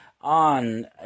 on